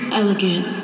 elegant